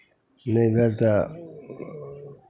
नहि भेल तऽ